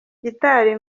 gitari